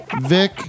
Vic